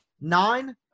nine